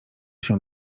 się